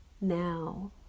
Now